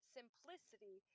simplicity